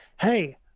Hey